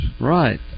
Right